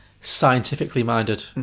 scientifically-minded